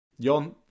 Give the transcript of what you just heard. Jon